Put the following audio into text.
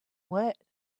wet